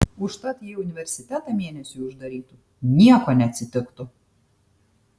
užtat jei universitetą mėnesiui uždarytų nieko neatsitiktų